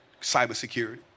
cybersecurity